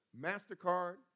MasterCard